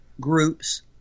groups